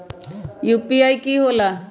UPI की होई?